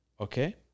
Okay